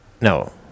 No